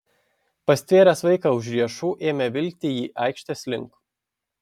pastvėręs vaiką už riešų ėmė vilkti jį aikštės link